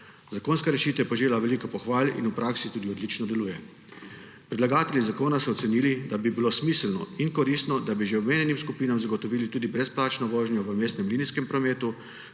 Zakonska rešitev je požela veliko pohval in v praksi tudi odlično deluje. Predlagatelji zakona so ocenili, da bi bilo smiselno in koristno, da bi že omenjenim skupinam zagotovili tudi brezplačno vožnjo v mestnem linijskem prometu,